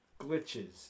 glitches